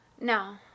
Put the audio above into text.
No